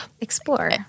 explore